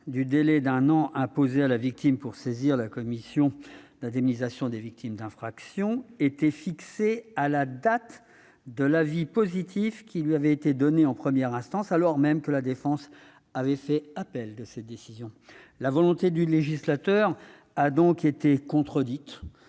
du délai d'un an imposé à la victime pour saisir la commission d'indemnisation des victimes d'infractions était fixé à la date de l'avis positif qui lui avait été donné en première instance, alors même que la défense avait fait appel de cette décision. La volonté du législateur a été contredite,